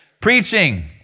preaching